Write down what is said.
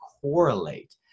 correlate